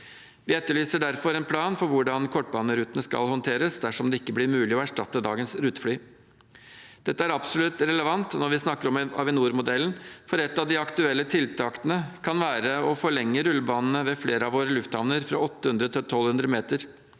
Vi etterlyser derfor en plan for hvordan kortbanerutene skal håndteres dersom det ikke blir mulig å erstatte dagens rutefly. Dette er absolutt relevant når vi snakker om Avinormodellen, for et av de aktuelle tiltakene kan være å forlenge rullebanene ved flere av våre lufthavner fra 800 til 1 200 meter.